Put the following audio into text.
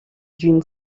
d’une